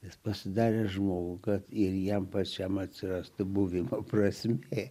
nes pasidarė žmogų kad ir jam pačiam atsirastų buvimo prasmė